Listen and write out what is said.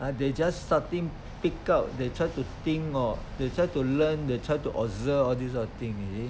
ah they just starting pick up they try to think of they try to learn they try to observe all this kind of thing you see